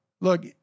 Look